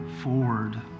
forward